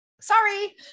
sorry